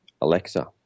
Alexa